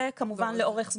זה כמובן לאורך זמן.